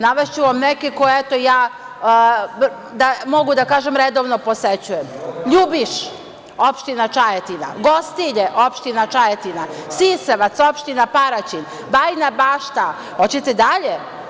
Navešću vam neke koje ja redovno posećujem, Ljubiš, opština Čajetina; Gostilje, opština Čajetina; Sisevac, opština Paraćin; Bajna Bašta, hoćete dalje?